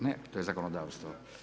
Ne, to je zakonodavstvo.